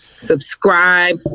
Subscribe